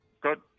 Good